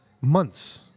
months